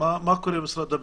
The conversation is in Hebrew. מה קורה במשרד הפנים?